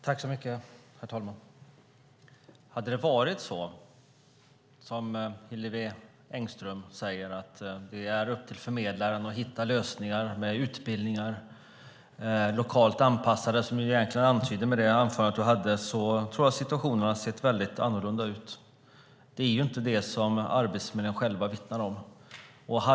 Herr talman! Hade det varit så som Hillevi Engström säger, att det är upp till förmedlaren att hitta lösningar med lokalt anpassade utbildningar som hon egentligen antydde i sitt anförande, tror jag att situationen hade sett väldigt annorlunda ut. Det är inte det som Arbetsförmedlingen själv vittnar om.